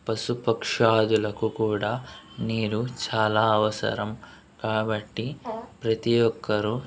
పశుపక్షాదులకు కూడా నీరు చాలా అవసరం కాబట్టి ప్రతి ఒక్కరూ